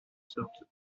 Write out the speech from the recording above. sortes